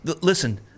Listen